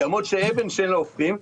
יעמוד כאבן שאין לה הופכין,